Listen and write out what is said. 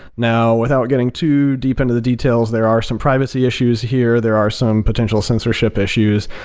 now, without getting too deep into the details, there are some privacy issues here. there are some potential censorship issues,